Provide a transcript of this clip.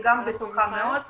היא גם בטוחה מאוד,